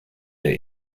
der